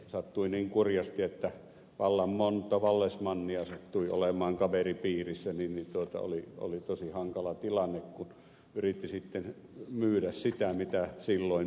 sattui niin kurjasti että vallan monta vallesmannia sattui olemaan kaveripiirissä ja oli tosi hankala tilanne kun yritti sitten myydä sitä mitä silloin myydä piti